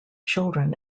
children